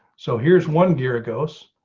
so here's one. dear goes.